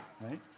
right